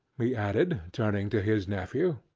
he added, turning to his nephew.